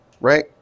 right